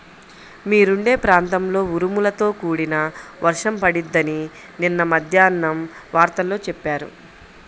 మీరుండే ప్రాంతంలో ఉరుములతో కూడిన వర్షం పడిద్దని నిన్న మద్దేన్నం వార్తల్లో చెప్పారు